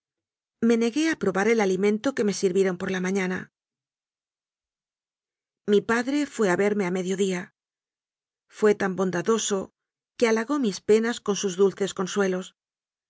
me negué a probar el alimento que me sirvieron por la mañana mi padre fué a verme a medio día fué tan bon dadoso cue halagó mis penas ccn sus dulces